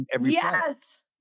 Yes